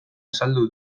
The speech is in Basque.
azaldu